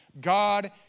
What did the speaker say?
God